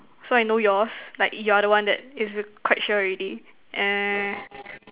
so I know yours like you are the one that is quite sure already